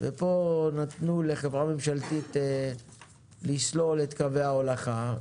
וכאן נתנו לחברה ממשלתית לסלול את קווי ההולכה,